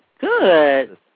good